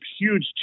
huge